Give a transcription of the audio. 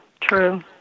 true